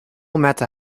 matter